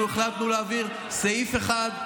אנחנו החלטנו להעביר סעיף אחד,